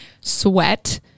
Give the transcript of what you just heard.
sweat